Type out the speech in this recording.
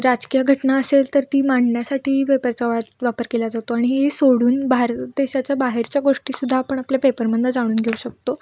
राजकीय घटना असेल तर ती मांडण्यासाठीही पेपरचा वा वापर केला जातो आणि हे सोडून भारत देशाच्या बाहेरच्या गोष्टी सुद्धा आपण आपल्या पेपरमधूनं जाणून घेऊ शकतो